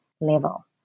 level